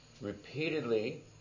repeatedly